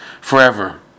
forever